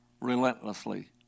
relentlessly